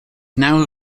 now